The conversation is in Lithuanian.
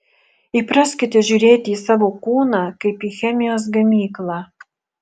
įpraskite žiūrėti į savo kūną kaip į chemijos gamyklą